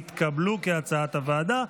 כהצעת הוועדה,